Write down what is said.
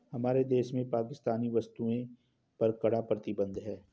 हमारे देश में पाकिस्तानी वस्तुएं पर कड़ा प्रतिबंध हैं